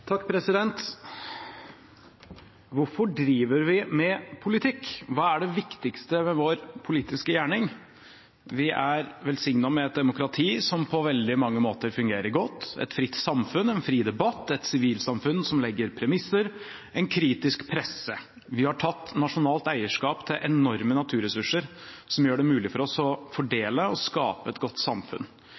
det viktigste ved vår politiske gjerning? Vi er velsignet med et demokrati som på veldig mange måter fungerer godt – et fritt samfunn, en fri debatt, et sivilsamfunn som legger premisser, en kritisk presse. Vi har tatt nasjonalt eierskap til enorme naturressurser, som gjør det mulig for oss å fordele og skape et godt samfunn.